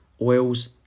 oils